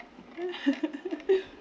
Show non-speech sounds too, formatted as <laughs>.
<laughs>